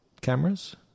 cameras